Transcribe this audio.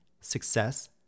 success